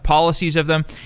policies of them.